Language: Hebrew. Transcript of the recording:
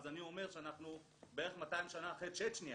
אני אומר שאנחנו בערך 200 שנה אחרי צ'צ'ניה